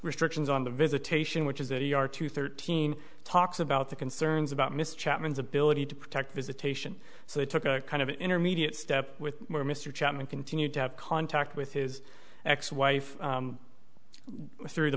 restrictions on the visitation which is that he are to thirteen talks about the concerns about mr chapman's ability to protect visitation so they took a kind of intermediate step with where mr chapman continued to have contact with his ex wife through the